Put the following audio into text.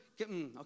Okay